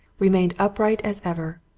remained upright as ever,